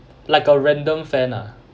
like a random fan ah